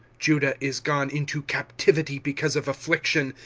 judah is gone into captivity because of affliction,